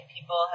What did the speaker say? People